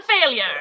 failure